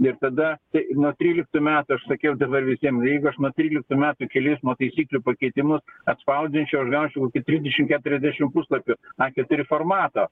ir tada kai nuo tryliktų metų aš sakiau dabar visiem jeigu aš nuo tryliktų metų kelių eismo taisyklių pakeitimus atspausdinčiau aš gaučiau kokį trisdešimt keturiasdešimt puslapių a keturi formato